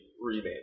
remade